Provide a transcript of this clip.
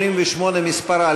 88 מספרה,